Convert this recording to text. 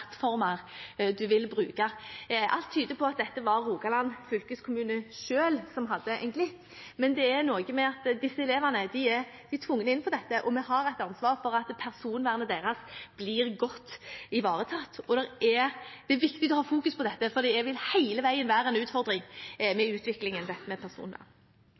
bruke. Alt tyder på at det var Rogaland fylkeskommune selv som hadde en glipp, men det er noe med at disse elevene er tvunget inn i dette, og vi har et ansvar for at personvernet deres blir godt ivaretatt. Det er viktig å ha fokus på dette, for det vil hele veien være en utfordring med utviklingen knyttet til personvern.